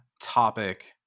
topic